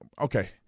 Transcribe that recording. Okay